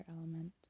element